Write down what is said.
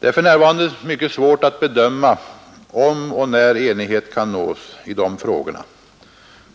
Det är för närvarande mycket svårt att bedöma om och när enighet kan nås i dessa frågor.